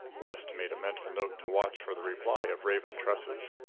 west made a mental note to watch for the reply of raven tresses.